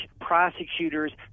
prosecutors